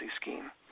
scheme